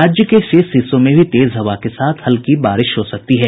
राज्य के शेष हिस्सों में भी तेज हवा के साथ हल्की बारिश हो सकती है